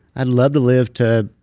i'd love to live to.